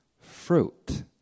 fruit